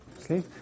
Okay